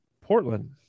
Portland